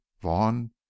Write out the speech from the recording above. Vaughn